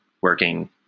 working